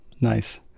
nice